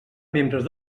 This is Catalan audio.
membres